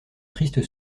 triste